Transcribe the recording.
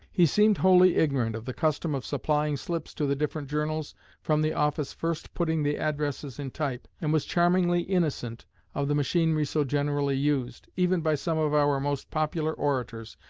he seemed wholly ignorant of the custom of supplying slips to the different journals from the office first putting the addresses in type, and was charmingly innocent of the machinery so generally used, even by some of our most popular orators,